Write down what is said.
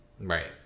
Right